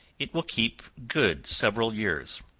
it will keep good several years.